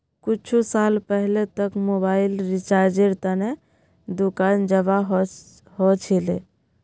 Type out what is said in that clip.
कुछु साल पहले तक मोबाइल रिचार्जेर त न दुकान जाबा ह छिले